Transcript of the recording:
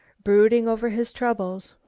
brooding over his troubles.